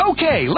Okay